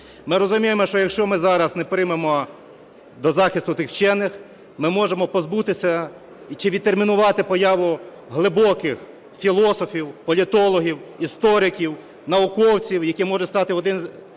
Ми розуміємо, що якщо ми зараз не приймемо до захисту тих вчених, ми можемо позбутися чи відтермінувати появу глибоких філософів, політологів, істориків, науковців, які можуть стати в один ряд